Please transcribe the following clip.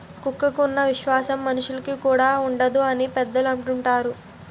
కుక్కకి ఉన్న విశ్వాసం మనుషులుకి కూడా ఉండదు అని పెద్దలు అంటూవుంటారు